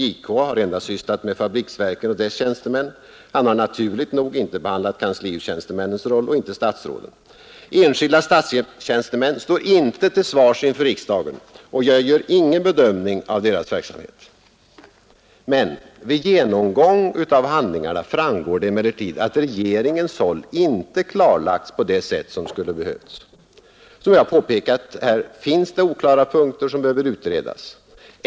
JK har endast sysslat med förenade fabriksverken och dess tjänstemän. Han har inte behandlat kanslihustjänstemännens roll och inte heller statsrådens. Enskilda statstjänstemän står inte till svars inför riksdagen, och jag gör ingen bedömning av deras verksamhet. Vid genomgång av handlingarna framgår det emellertid att regeringens roll inte klarlagts på det sätt som skulle ha behövts. Som jag påpekat finns här oklara punkter, som behövde utredas.